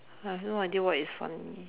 I also no idea what is funny